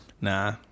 nah